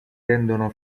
rendono